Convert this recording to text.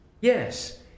Yes